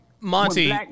Monty